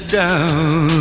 down